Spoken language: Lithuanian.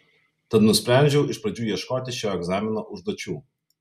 tad nusprendžiau iš pradžių ieškoti šio egzamino užduočių